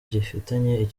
gifitanye